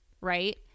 Right